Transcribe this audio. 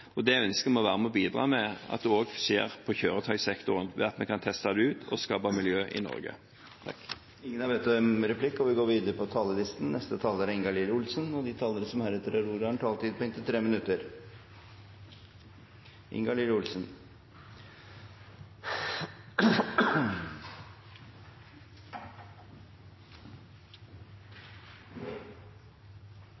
og vi ønsker å være med på å bidra til at det også skjer i kjøretøysektoren, ved at vi kan teste det ut og skape et miljø i Norge. De talere som heretter får ordet, har en taletid på inntil 3 minutter. I dag har vi